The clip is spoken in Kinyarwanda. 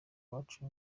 abacu